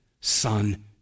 son